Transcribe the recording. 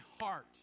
heart